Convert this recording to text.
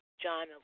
John